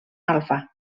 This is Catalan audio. alfa